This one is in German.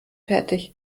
fertig